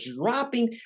dropping